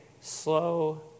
slow